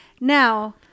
Now